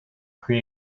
pre